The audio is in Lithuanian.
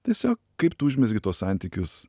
tiesiog kaip tu užmezgi tuos santykius